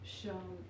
shown